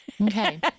Okay